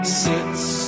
sits